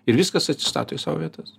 ir viskas atsistato į savo vietas